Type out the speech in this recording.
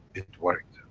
it worked,